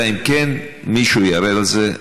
אלא אם כן מישהו יערער על זה.